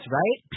right